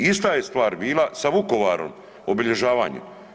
Ista je stvar bila sa Vukovarom, obilježavanjem.